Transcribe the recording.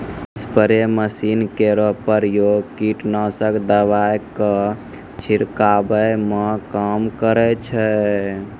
spray machine केरो प्रयोग कीटनाशक दवाई क छिड़कावै म काम करै छै